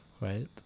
right